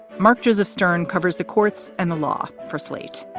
mark joseph stern covers the courts and the law for slate.